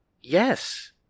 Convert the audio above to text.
Yes